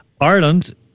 Ireland